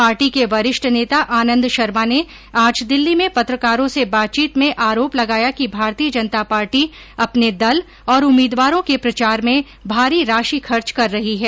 party के वरिष्ठ नेता आनंद शर्मा ने आज दिल्ली में पत्रकारों से बातचीत में आरोप लगाया कि भारतीय जनता पार्टी अपने दल और उम्मीदवारों के प्रचार में भारी राशि खर्च कर रही है